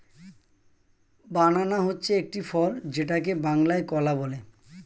বানানা হচ্ছে একটি ফল যেটাকে বাংলায় কলা বলে